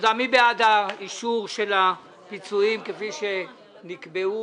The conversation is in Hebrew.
מי בעד אישור הפיצויים כפי שנקבעו?